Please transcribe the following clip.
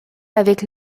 avec